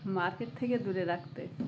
market থেকে দূরে রাখতে